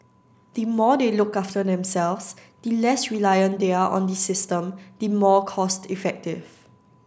the more they look after themselves the less reliant they are on the system the more cost effective